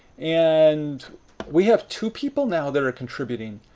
and we have two people now that are contributing.